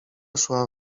szła